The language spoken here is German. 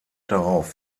darauf